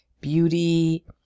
beauty